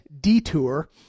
detour